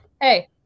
hey